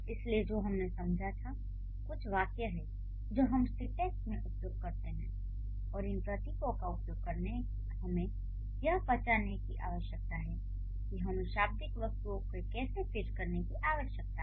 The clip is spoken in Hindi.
इसलिए जो हमने समझा था कुछ वाक्य हैं जो हम सिन्टैक्स में उपयोग करते हैं और इन प्रतीकों का उपयोग करके हमें यह पहचानने की आवश्यकता है कि हमें शाब्दिक वस्तुओं को कैसे फिट करने की आवश्यकता है